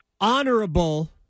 honorable